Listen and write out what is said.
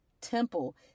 temple